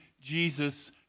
Jesus